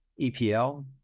EPL